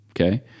okay